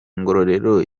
ngororero